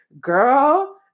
girl